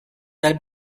del